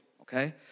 Okay